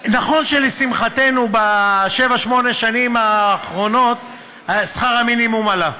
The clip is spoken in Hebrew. נכון שלשמחתנו בשבע-שמונה השנים האחרונות שכר המינימום עלה.